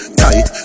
tight